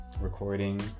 recording